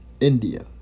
India